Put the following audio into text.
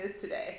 today